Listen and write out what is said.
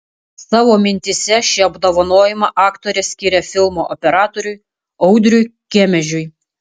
savo mintyse šį apdovanojimą aktorė skiria filmo operatoriui audriui kemežiui